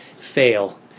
fail